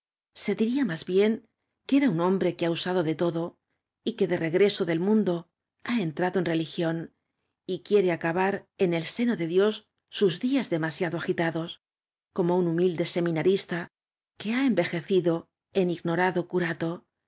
se diría más bien que ora un hombre que ha usado de todo y que de regreso del mundo ha entrado en religión y quiere acabar en el seno de dios sus días demasiado agitados que un humilde seminandola que ha envejecido en ignorado cu